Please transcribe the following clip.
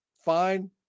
Fine